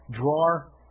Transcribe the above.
drawer